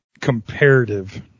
comparative